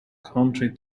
country